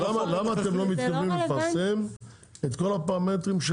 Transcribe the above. למה אתם לא מתכוונים לפרסם את כל הפרמטרים?